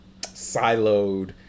siloed